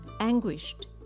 anguished